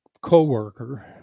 co-worker